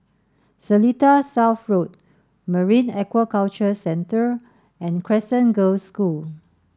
Seletar South Road Marine Aquaculture Centre and Crescent Girls' School